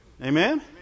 Amen